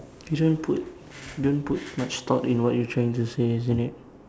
you don't put don't put much thought in what you trying to say isn't it